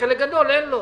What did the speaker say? וחלק גדול אין לו.